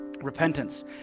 repentance